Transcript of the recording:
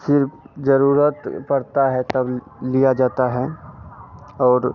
सिर्फ जरूरत पड़ता है तब लिया जाता है और